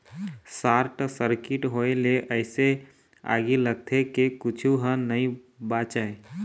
short circuit होए ले अइसे आगी लगथे के कुछू ह नइ बाचय